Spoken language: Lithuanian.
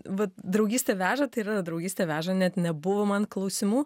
va draugystė veža tai ir yra draugystė veža net nebuvo man klausimų